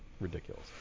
Ridiculous